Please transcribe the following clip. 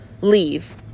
leave